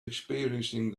experiencing